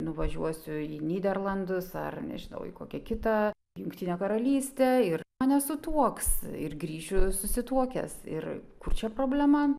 nuvažiuosiu į nyderlandus ar nežinau į kokią kitą jungtinę karalystę ir mane sutuoks ir grįšiu susituokęs ir kur čia problema